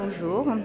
Bonjour